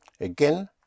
Again